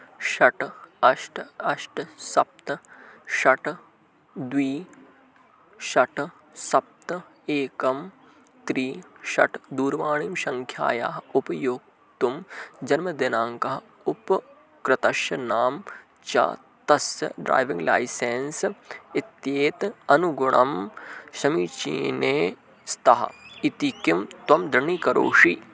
षट् अष्ट अष्ट सप्त षट् द्वि षट् सप्त एकं त्रीणि षट् दूरवाणीं सङ्ख्यायाः उपयोक्तुं जन्मदिनाङ्कः उपकृतस्य नाम च तस्य ड्रैविङ्ग् लैसेन्स् इत्येत् अनुगुणं समीचीने स्तः इति किं त्वं दृढीकरोषि